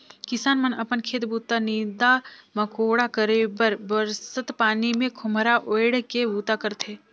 किसान मन अपन खेत बूता, नीदा मकोड़ा करे बर बरसत पानी मे खोम्हरा ओएढ़ के बूता करथे